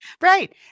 Right